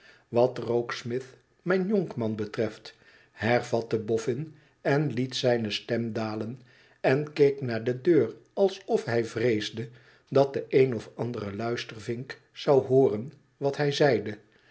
wat rokesmith mijn jonkman betreft hervatte boffin en liet zijne stem dalen en keek naar de deur alsof hij vreesde dat de een of andere luistervink zou hooren wat hij zeide